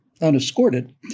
unescorted